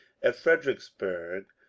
at fredericksburg,